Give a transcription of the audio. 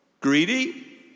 Greedy